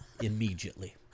immediately